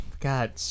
God